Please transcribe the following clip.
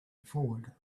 forward